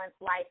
life